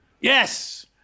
Yes